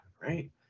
right